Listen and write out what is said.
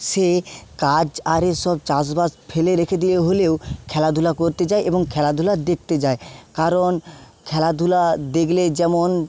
সে কাজ আর এসব চাষবাস ফেলে রেখে দিলে হলেও খেলাধুলা করতে যায় এবং খেলাধুলা দেখতে যায় কারণ খেলাধুলা দেখলে যেমন